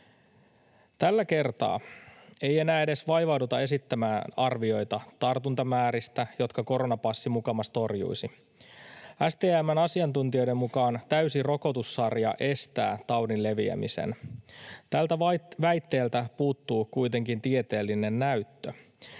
Tällä kertaa ei enää edes vaivauduta esittämään arvioita tartuntamääristä, jotka koronapassi mukamas torjuisi. STM:n asiantuntijoiden mukaan täysi rokotussarja estää taudin leviämisen. Tältä väitteeltä puuttuu kuitenkin tieteellinen näyttö.